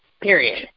Period